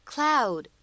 Cloud